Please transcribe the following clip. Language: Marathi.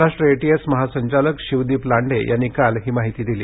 महाराष्ट्र एटीएस महासंचालक शिवदीप लांडे यांनी काल ही माहिती दिली